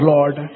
Lord